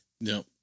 No